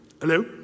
Hello